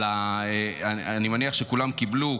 אני מניח שכולם קיבלו,